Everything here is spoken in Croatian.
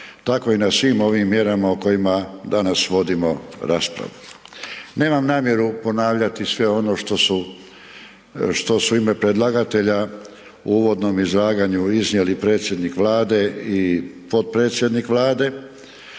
tako i na svim ovim mjerama o kojima danas vodimo raspravu. Nemam namjeru ponavljati sve ono što su, što su u ime predlagatelja u uvodnom izlaganju iznijeli predsjednik Vlade i potpredsjednik Vlade,